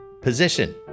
position